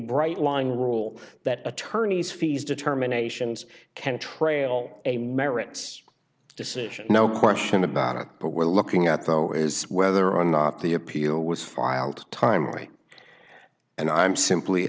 bright line rule that attorneys fees determinations can trail a merits decision no question about it but we're looking at though is whether or not the appeal was filed time right and i'm simply